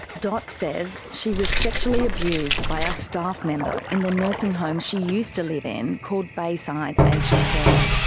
dot says she was sexually abused by a staff member in the nursing home she used to live in called bayside aged care.